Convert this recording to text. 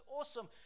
awesome